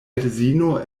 edzino